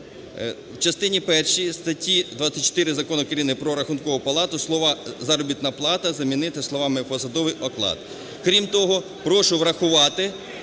в частині першій статті 24 Закону України "Про Рахункову палату" слова "заробітна плата" замінити словами "посадовий оклад". Крім того, прошу врахувати